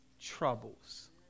troubles